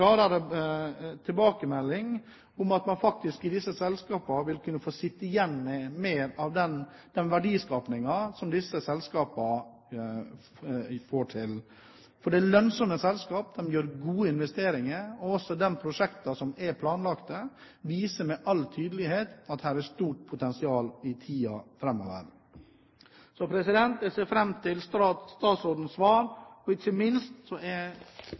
klarere tilbakemelding om at disse selskapene vil kunne få sitte igjen med mer av den verdiskapingen som disse selskapene får til. For det er lønnsomme selskap, de gjør gode investeringer, og også de prosjektene som er planlagte, viser med all tydelighet at her er det et stort potensial i tiden framover. Jeg ser derfor fram til statsrådens svar, og ikke minst er